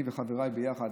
אני וחבריי ביחד,